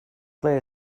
play